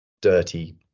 dirty